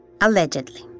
allegedly